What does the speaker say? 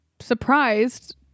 surprised